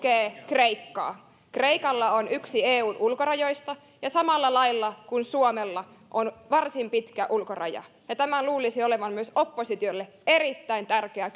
kreikkaa kreikalla on yksi eun ulkorajoista ja samalla lailla kuin suomella sillä on varsin pitkä ulkoraja ja tämän luulisi olevan myös oppositiolle erittäin tärkeä